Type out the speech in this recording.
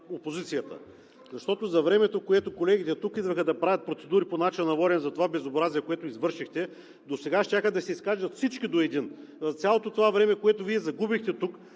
опозицията. Защото за времето, за което колегите идваха тук да правят процедури по начина на водене за това безобразие, което извършихте, досега щяха да се изкажат всички до един. За цялото това време, което Вие загубихте тук